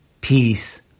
peace